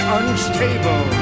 unstable